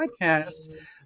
podcast